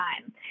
time